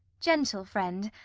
gentle friend,